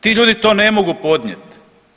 Ti ljudi to ne mogu podnijeti.